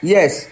Yes